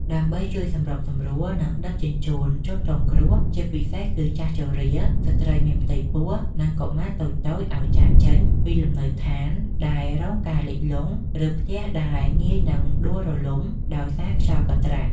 ដើម្បីជួយសម្របសម្រួល និងដឹកជញ្ជូនជនរងគ្រោះ ជាពិសេសគឺចាស់ជរា ស្ត្រីមានផ្ទៃពោះ និងកុមារតូចៗឱ្យចាកចេញពីលំនៅដ្ឋានដែលរងការលិចលង់ ឬផ្ទះដែលងាយនឹងដួលរំលំដោយសារខ្យល់កន្ត្រាក់។